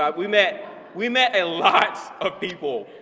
um we met we met a lot of people,